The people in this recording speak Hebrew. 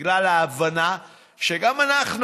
בגלל ההבנה שגם אנחנו,